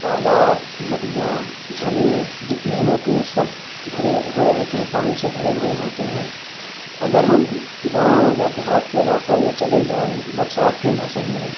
تالاب ندیاں جھرنے جتنے ہوتے ہیں سب بھرے ہوئے رہتے ہیں پانی سے بھرے ہوئے ہوتے ہیں اگر ہم گاؤں یا دیہات کے علاقوں میں چلے جائیں برسات کے موسم میں